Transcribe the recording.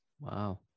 Wow